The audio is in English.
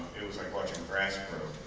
it was like watching grass grow.